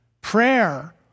prayer